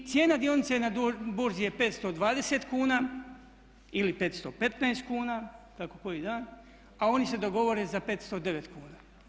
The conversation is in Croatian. I cijena dionice na burzi je 520 kuna ili 515 kuna, kako koji dan a oni se dogovore za 509 kuna.